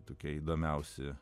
tokia įdomiausi